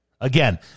Again